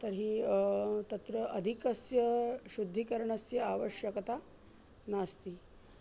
तर्हि तत्र अधिकस्य शुद्धीकरणस्य आवश्यकता नास्ति